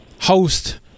host